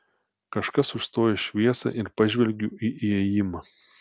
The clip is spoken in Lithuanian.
kažkas užstoja šviesą ir pažvelgiu į įėjimą